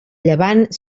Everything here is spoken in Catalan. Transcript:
llevant